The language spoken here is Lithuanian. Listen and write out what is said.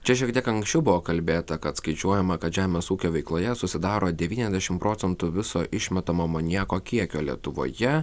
čia šiek tiek anksčiau buvo kalbėta kad skaičiuojama kad žemės ūkio veikloje susidaro devyniasdešim procentų viso išmetamo amoniako kiekio lietuvoje